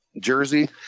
jersey